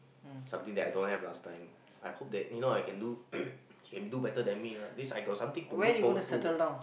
something that I don't have last time I hope that you know I can do he can do better than me what means I got something to look forward to what